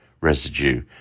residue